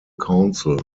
counsel